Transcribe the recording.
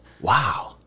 Wow